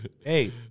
Hey